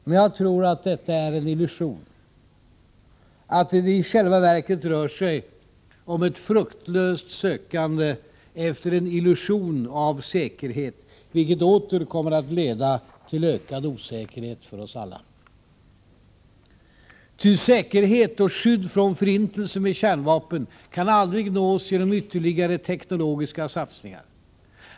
Men jag tror att detta är en illusion, att det i själva verket rör sig om ett fruktlöst sökande efter en illusion av säkerhet, vilket åter kommer att leda till ökad osäkerhet för oss alla. Ty säkerhet och skydd från förintelse med kärnvapen kan aldrig nås genom ytterligare teknologiska satsningar.